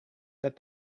that